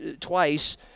twice